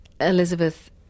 Elizabeth